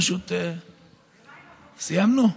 סיימנו?